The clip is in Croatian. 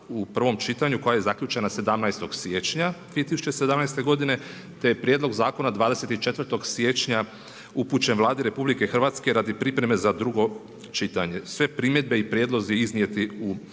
u prvom čitanju koja je zaključena 17. siječnja 2017. te je prijedlog zakona 24. siječnja upućen Vladi RH radi pripreme za drugo čitanje. Sve primjedbe i prijedlozi iznijeti u